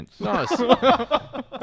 Nice